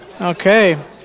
Okay